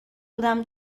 بودم